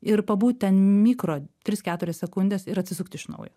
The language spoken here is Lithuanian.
ir pabūt ten mikro tris keturias sekundes ir atsisukt iš naujo